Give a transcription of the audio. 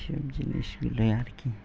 সব জিনিসগুলো আর কি